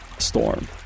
storm